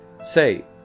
Say